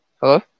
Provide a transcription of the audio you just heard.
Hello